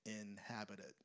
inhabited